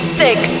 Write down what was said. six